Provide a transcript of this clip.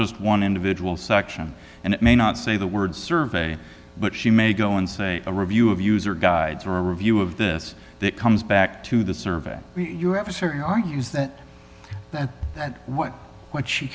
just one individual section and it may not say the word survey but she may go and say a review of user guides or a review of this that comes back to the survey you have a certain argues that that that what what she